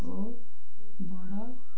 ଓ ବଡ଼